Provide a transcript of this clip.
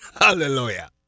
Hallelujah